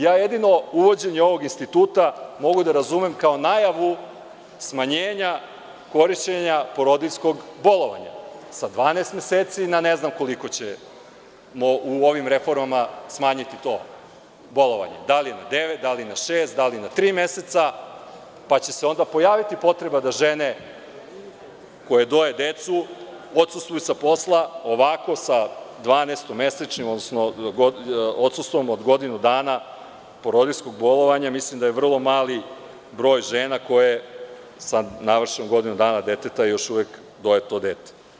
Jedino uvođenje ovog instituta mogu da razumem kao najavu smanjenja korišćenja porodiljskog bolovanja, sa 12 meseci na ne znam koliko ćemo u ovim reformama smanjiti to bolovanje, da li na devet, da li na šest, da li na tri meseca, pa će se onda pojaviti potreba da žene koje doje decu odsustvuju sa posla ovako sa dvanaestomesečnim, odnosno odsustvo od godinu dana porodiljskog bolovanja, mislim da je vrlo mali broj žena koje sa navršenom godinom dana deteta još uvek doje to dete.